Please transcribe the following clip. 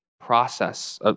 Process